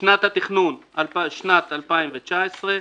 "שנת התכנון" שנת 2019,